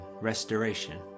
restoration